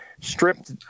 stripped